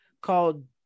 called